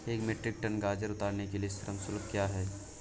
एक metric ton गाजर उतारने के लिए श्रम शुल्क क्या है?